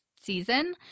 season